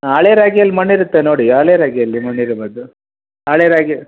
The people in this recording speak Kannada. ಹಾಂ ಹಳೆ ರಾಗಿಯಲ್ಲಿ ಮಣ್ಣಿರುತ್ತೆ ನೋಡಿ ಹಳೆ ರಾಗಿಯಲ್ಲಿ ಮಣ್ಣಿರಬೋದು ಹಳೆ ರಾಗಿ